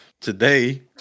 today